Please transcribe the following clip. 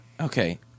Okay